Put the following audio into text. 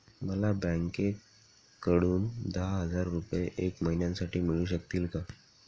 मला बँकेकडून दहा हजार रुपये एक महिन्यांसाठी मिळू शकतील का?